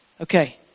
Okay